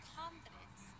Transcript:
confidence